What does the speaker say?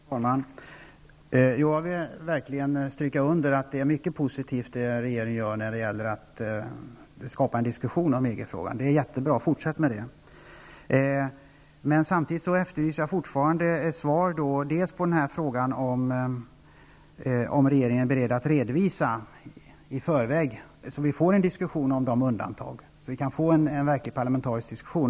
Herr talman! Jag vill verkligen stryka under att det som regeringen gör för att skapa diskussion om EG frågan är positivt. Fortsätt med det! Men samtidigt efterlyser jag fortfarande ett svar på frågan om regeringen är beredd att i förväg redovisa sina ståndpunkter, så att vi får en diskussion om undantagen. Då kan vi få till stånd en verklig parlamentarisk diskussion.